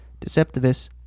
Deceptivus